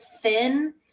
thin